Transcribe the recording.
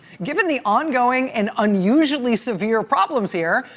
given the ongoing and unusually severe problems here,